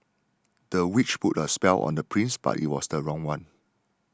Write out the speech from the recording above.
the witch put a spell on the prince but it was the wrong one